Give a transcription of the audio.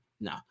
No